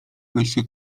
wejście